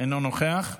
אינו נוכח.